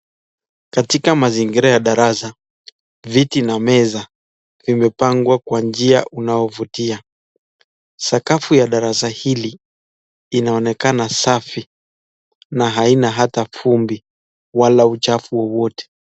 Katika mazingira ya darasa viti na meza zimepangwa kwa njia unaovutia , sakafu ya darasa hili inaonekana safi na haina hata vumbi wala uchafu wowote.